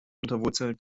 unterwurzelt